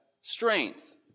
strength